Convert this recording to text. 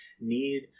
need